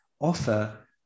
offer